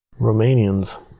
Romanians